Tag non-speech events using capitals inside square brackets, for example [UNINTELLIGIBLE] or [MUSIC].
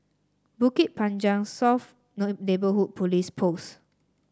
Bukit Panjang South [UNINTELLIGIBLE] Neighbourhood Police Post